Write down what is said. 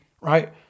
Right